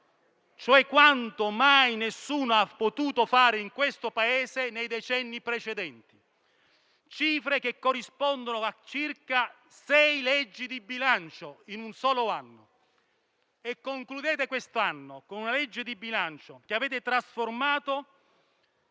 cioè quanto mai nessuno ha potuto fare in questo Paese nei decenni precedenti; sono cifre che corrispondono a circa sei leggi di bilancio in un solo anno. Inoltre, concludete quest'anno con una legge di bilancio che avete trasformato